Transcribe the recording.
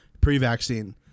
Pre-vaccine